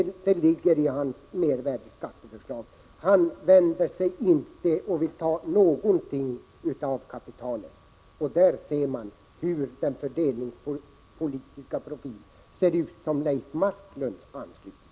Det ligger i Leif Marklunds mervärdeskatteförslag. Han vänder sig inte till kapitalägare. Där ser man hur den fördelningspolitiska profil ser ut som Leif Marklund stöder.